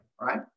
right